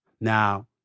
Now